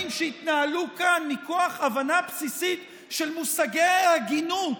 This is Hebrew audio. שהתנהלו כאן מכוח הבנה בסיסית של מושגי ההגינות.